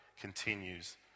continues